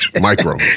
Micro